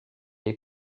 les